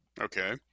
Okay